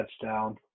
touchdown